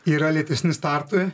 yra lėtesni startui